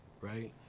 right